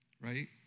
right